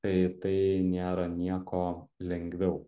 tai tai nėra nieko lengviau